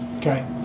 Okay